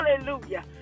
hallelujah